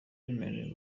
bemerewe